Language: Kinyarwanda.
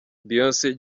beyonce